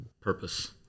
purpose